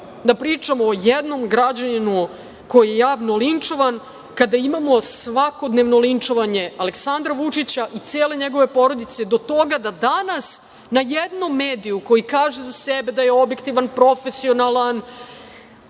da pričamo o jednom građaninu koji je javno linčovan, kada imamo svakodnevno linčovanje Aleksandra Vučića i cele njegove porodice, do toga da danas na jednom mediju koji kaže za sebe da je objektivan, profesionalan,